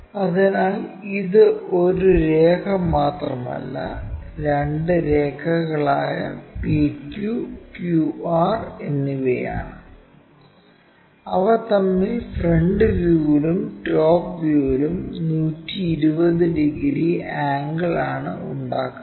അതിനാൽ ഇത് ഒരു രേഖ മാത്രമല്ല രണ്ട് രേഖകളായ PQ QR എന്നിവയാണ് അവ തമ്മിൽ ഫ്രണ്ട് വ്യൂവിലും ടോപ് വ്യൂവിലും 120 ഡിഗ്രി ആംഗിൾ ആണ് ഉണ്ടാക്കുന്നത്